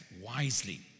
wisely